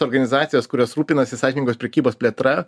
organizacijos kurios rūpinasi sąžiningos prekybos plėtra